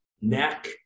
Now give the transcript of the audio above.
neck